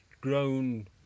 grown